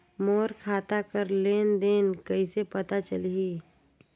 मोर खाता कर लेन देन कइसे पता चलही?